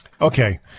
Okay